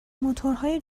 موتورهای